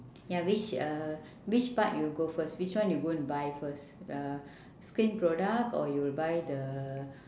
ya which uh which part you go first which one you go and buy first uh skin product or you'll buy the